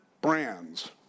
brands